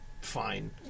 fine